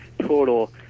total